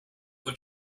for